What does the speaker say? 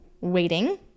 waiting